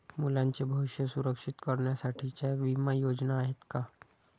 मुलांचे भविष्य सुरक्षित करण्यासाठीच्या विमा योजना आहेत का?